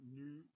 new